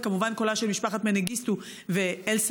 וכמובן קולה של משפחת מנגיסטו וא-סייד,